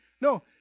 No